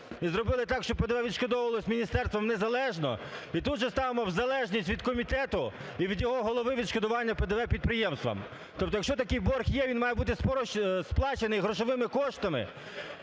зробили так, щоб ПДВ відшкодовувалось міністерством незалежно – і тут же ставимо в залежність від комітету і від його голови відшкодування ПДВ підприємствам. Тобто, якщо такий борг є, він має бути сплачений грошовими коштами,